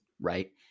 right